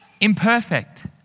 imperfect